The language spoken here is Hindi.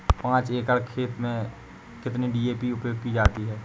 पाँच एकड़ खेत में कितनी डी.ए.पी उपयोग की जाती है?